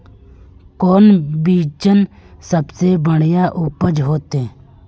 कौन बिचन सबसे बढ़िया उपज होते?